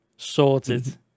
sorted